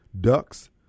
ducks